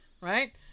right